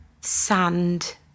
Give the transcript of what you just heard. Sand